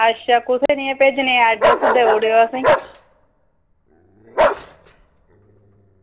अच्छा कु'त्थें नेही भेजने अड्रैस देई ओड़ेओ असेंई